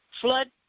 flood